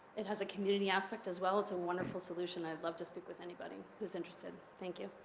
it has a community aspect as well, it's a wonderful solution, i'd love to speak with anybody who's interested. thank you.